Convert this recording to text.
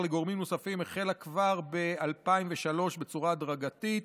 לגורמים נוספים החלה כבר ב-2003 בצורה הדרגתית.